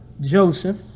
Joseph